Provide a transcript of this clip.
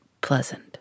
Pleasant